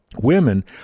Women